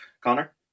Connor